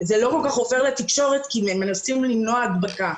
זה לא כל-כך עובר בתקשורת כי מנסים למנוע הדבקה,